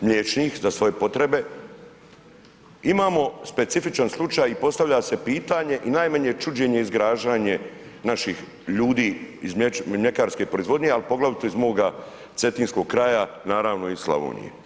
mliječnih, za svoje potrebe, imamo specifičan slučaj i postavlja se pitanje i najmanje čuđenje i zgražanje naših ljudi iz mljekarske proizvodnje, a poglavito iz moga Cetinskog kraja, naravno i iz Slavonije.